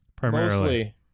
Primarily